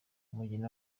umugeni